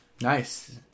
Nice